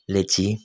लिची